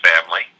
family